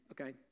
Okay